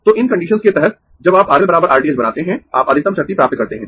तो इन कंडीसंस के तहत जब आप R L R t h बनाते है आप अधिकतम शक्ति प्राप्त करते है